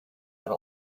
and